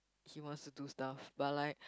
he wants to do stuff but like